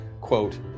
quote